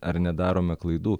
ar nedarome klaidų